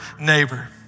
neighbor